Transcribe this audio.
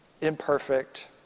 imperfect